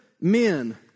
men